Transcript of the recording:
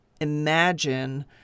imagine